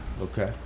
Okay